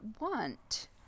want